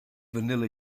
vanilla